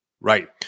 Right